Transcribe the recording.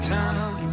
time